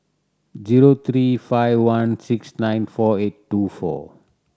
zero three five one six nine four eight two four